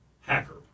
Hacker